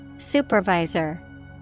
Supervisor